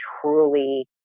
truly